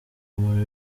umuntu